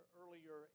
earlier